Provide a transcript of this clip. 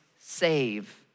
save